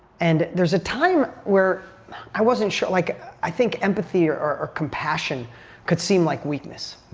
and there's a time where i wasn't sure. like, i think empathy or or compassion could seem like weakness.